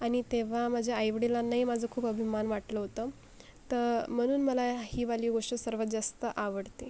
आणि तेव्हा माझ्या आईवडिलांनाही माझा खूप अभिमान वाटलं होतं तर म्हणून मला हीवाली गोष्ट सर्वात जास्त आवडते